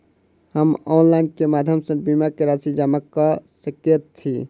हम ऑनलाइन केँ माध्यम सँ बीमा केँ राशि जमा कऽ सकैत छी?